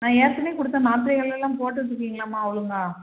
நான் ஏற்கனவே கொடுத்த மாத்திரைகளெல்லாம் போட்டுட்டிருக்கிங்களாம்மா ஒழுங்காக